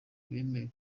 bemeye